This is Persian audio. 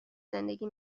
زندگی